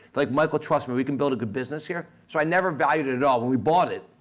like michael trust me, we can build a good business here. so i never valued it at all when we bought it,